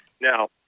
Now